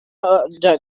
other